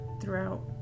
throughout